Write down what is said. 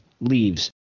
leaves